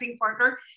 partner